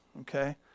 Okay